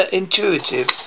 intuitive